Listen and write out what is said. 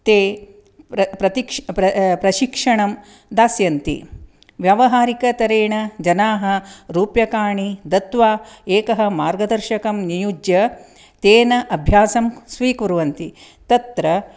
ते प्रतिक्ष प्र प्रशिक्षणं दास्यन्ति व्यवहारिकतरेण जनाः रूप्यकाणि दत्वा एकः मार्गदर्शकं नियुज्य तेन अभ्यासं स्वीकुर्वन्ति तत्र